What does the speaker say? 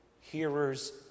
hearers